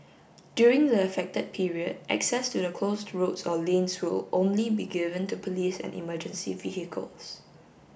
during the affected period access to the closed roads or lanes will only be given to police and emergency vehicles